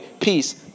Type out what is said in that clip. peace